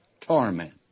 torment